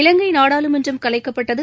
இலங்கை நாடாளுமன்றம் கலைக்கப்பட்டது